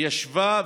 היא ישבה,